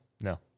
No